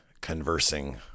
conversing